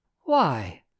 Why